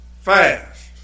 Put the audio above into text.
fast